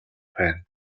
байна